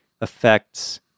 affects